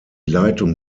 leitung